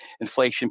inflation